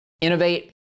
innovate